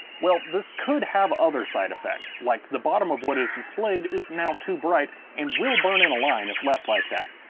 well this could have other side effects. like the bottom of what is displayed is now too bright and will burn in a line if left like that.